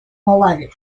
малави